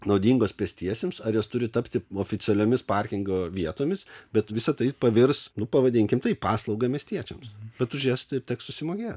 naudingos pėstiesiems ar jos turi tapti oficialiomis parkingo vietomis bet visa tai pavirs nu pavadinkim taip paslauga miestiečiams bet už jas taip teks susimokėt